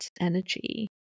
energy